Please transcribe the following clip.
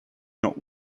not